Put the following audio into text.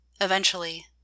Eventually